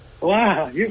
Wow